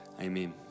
amen